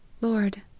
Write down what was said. Lord